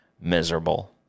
miserable